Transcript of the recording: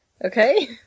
Okay